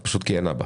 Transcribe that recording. זה פשוט כי אין אבא.